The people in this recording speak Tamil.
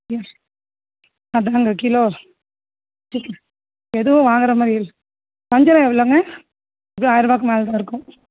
ம் மொத்தமாக இவ்வளோ கிலோ எதுவும் வாங்கறமாதிரி வஞ்சரம் எவ்வளோங்க எப்படியும் ஆயிருவாக்கு மேல தான இருக்கும்